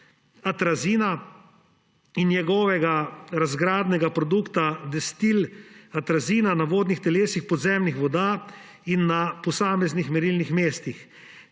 atrazina in njegovega razgradnega produkta destil-atrazina na vodnih telesih podzemnih voda in na posameznih merilnih mestih.